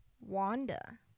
Wanda